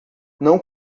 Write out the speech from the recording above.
não